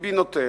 ביבי נותן.